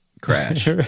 crash